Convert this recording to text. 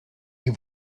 die